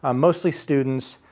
ah mostly students,